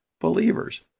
believers